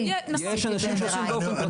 יש אנשים שעושים באופן פרטי CT ו-MRI.